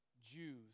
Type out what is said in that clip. Jews